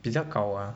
比较 gao ah